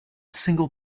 single